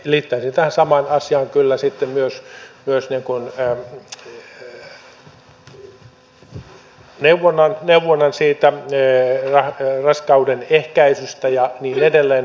liittäisin tähän samaan asiaan kyllä sitten myös neuvonnan siitä raskauden ehkäisystä ja niin edelleen